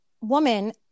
woman